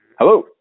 Hello